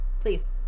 Please